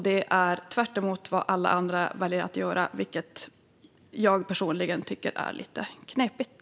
Det är tvärtemot vad alla andra partier väljer att göra, vilket jag personligen tycker är lite knepigt.